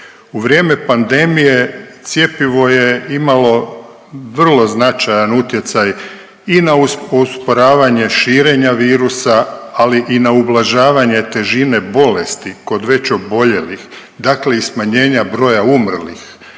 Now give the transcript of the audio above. U vrijeme pandemije, cjepivo je imalo vrlo značajan utjecaj i na usporavanje širenja virusa, ali i na ublažavanje težine bolesti kod već oboljelih, dakle i smanjenja broja umrlih.